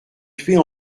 tuer